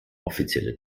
offizielle